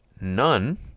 none